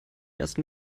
ersten